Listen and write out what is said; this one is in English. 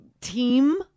team